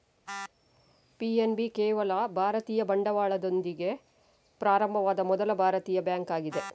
PNB ಕೇವಲ ಭಾರತೀಯ ಬಂಡವಾಳದೊಂದಿಗೆ ಪ್ರಾರಂಭವಾದ ಮೊದಲ ಭಾರತೀಯ ಬ್ಯಾಂಕ್ ಆಗಿದೆ